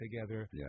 together